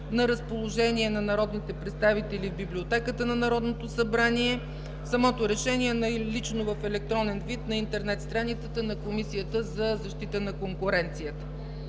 На разположение е на народните представители в Библиотеката на Народното събрание, самото решение е налично в електронен вид на интернет страницата на Комисията за защита на конкуренцията.